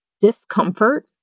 Discomfort